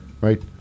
Right